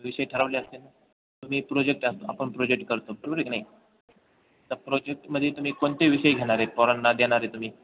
विषय ठरवले असतीन ना तुम्ही प्रोजेक्ट आह आपण प्रोजेक्ट करतो बरोबर आहे की नाही तर प्रोजेक्टमध्ये तुम्ही कोणते विषय घेणार आहे पोरांना देणार आहे तुम्ही